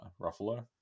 Ruffalo